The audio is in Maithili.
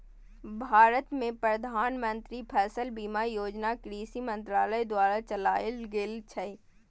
भारत मे प्रधानमंत्री फसल बीमा योजना कृषि मंत्रालय द्वारा चलाएल गेल छै